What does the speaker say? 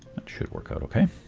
that should work out ok